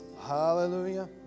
Hallelujah